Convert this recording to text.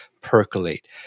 percolate